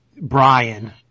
brian